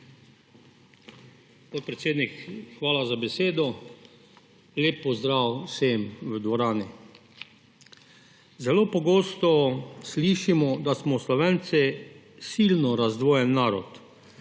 hvala za besedo. Lep pozdrav vsem v dvorani! Zelo pogosto slišimo, da smo Slovenci silno razdvojen narod.